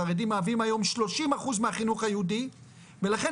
חרדים מהווים היום 30% מהחינוך הייעודי ולכן